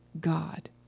God